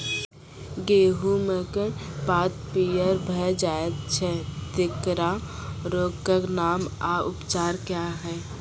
गेहूँमक पात पीअर भअ जायत छै, तेकरा रोगऽक नाम आ उपचार क्या है?